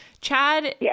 Chad